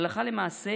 הלכה למעשה,